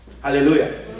Hallelujah